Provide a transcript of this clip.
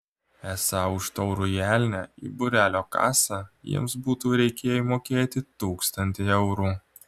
esą už taurųjį elnią į būrelio kasą jiems būtų reikėję įmokėti tūkstantį eurų